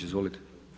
Izvolite.